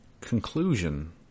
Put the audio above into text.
conclusion